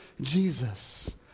Jesus